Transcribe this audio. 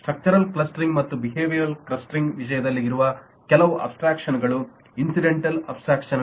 structural clustering ಮತ್ತು behavioural clustering ವಿಷಯದಲ್ಲಿ ಇರುವ ಕೆಲವು ಅಬ್ಸ್ಟ್ರಾಕ್ಷನ್ ಗಳು ಇನ್ಸಿಡೆಂಟ್ಅಲ್ ಅಬ್ಸ್ಟ್ರಾಕ್ಷನ್ ಗಳು